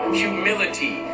humility